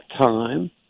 time